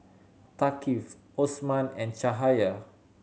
Thaqif Osman and Cahaya